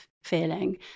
Feeling